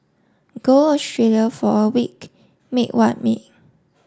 go Australia for a week mate what mate